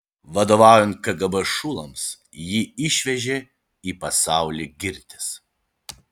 vadovaujant kgb šulams jį išvežė į pasaulį girtis